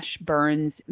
Burns